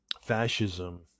fascism